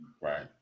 Right